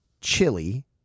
chili